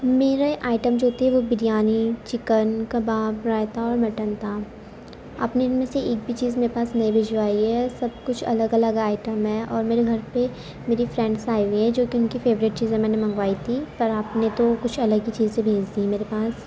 میرے آئٹم جو تھے وہ بریانی چکن کباب رائتہ اور مٹن تھا آپ نے ان میں سے ایک بھی چیز میرے پاس نہیں بھجوائی ہے سب کچھ الگ الگ آٹئم ہیں اور میرے گھر پہ میری فرینڈس آئی ہوئی ہیں جو کہ ان کی فیوریٹ چیزیں میں نے منگوائی تھیں پر آپ نے تو کچھ الگ ہی چیزیں بھیج دیں میرے پاس